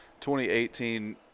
2018